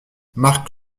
mark